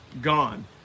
gone